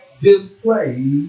Display